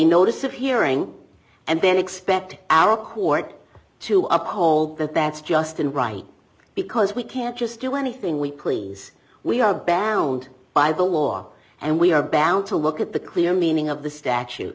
notice of hearing and then expect our court to uphold that that's just and right because we can't just do anything we please we are banned by the law and we are bound to look at the clear meaning of the statute